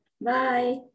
Bye